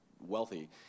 wealthy